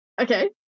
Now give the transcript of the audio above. Okay